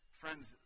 Friends